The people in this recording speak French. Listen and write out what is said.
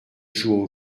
joue